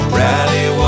rally